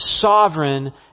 sovereign